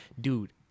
Dude